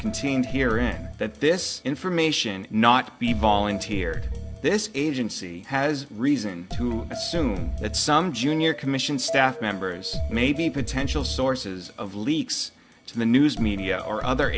contained here in that this information not be volunteer this agency has reason to assume that some junior commission staff members may be potential sources of leaks to the news media or other